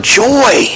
joy